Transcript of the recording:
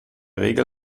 regel